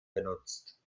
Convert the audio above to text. benutzt